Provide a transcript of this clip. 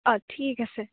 অঁ ঠিক আছে